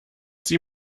sie